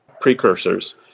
precursors